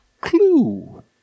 clue